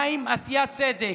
מה עם עשיית צדק?